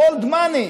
הוא old money,